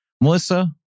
Melissa